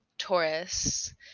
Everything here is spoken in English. Taurus